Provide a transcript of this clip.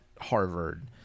Harvard